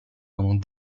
pendant